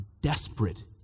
desperate